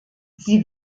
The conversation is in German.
sie